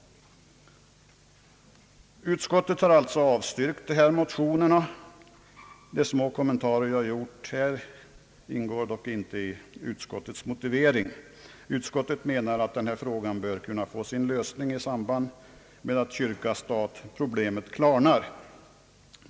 Utskottet har alltså avstyrkt dessa motioner. De små kommentarer jag gjort ingår dock inte i utskottets motivering. Utskottet anser att frågan bör kunna lösas i samband med att kyrka—statproblemen klarnar.